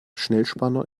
schnellspanner